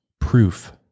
proof